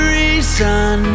reason